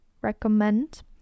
recommend